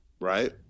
right